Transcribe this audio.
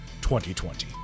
2020